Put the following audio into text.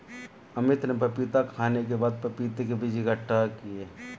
अमित ने पपीता खाने के बाद पपीता के बीज इकट्ठा किए